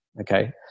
okay